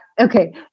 Okay